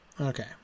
Okay